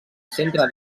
centre